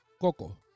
Coco